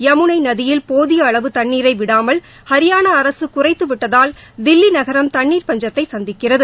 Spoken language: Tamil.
யமுனை நதியில் போதிய அளவு தண்ணீரை விடாமல் அரியானா அரசு குறைத்து விட்டதால் தில்வி நகரம் தண்ணீர் பஞ்சத்தை சந்திக்கிறது